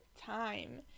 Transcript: time